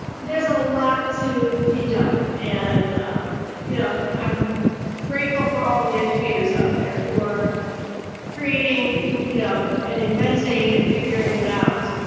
there's a lot to be done. and you know, i'm grateful for all the educators out there who are creating, you know, and inventing and figuring it out.